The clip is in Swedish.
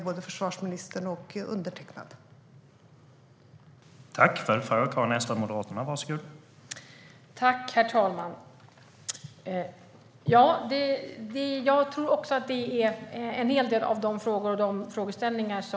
Både försvarsministern och undertecknad kommer att vara med.